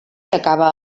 acaba